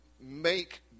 make